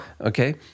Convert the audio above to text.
Okay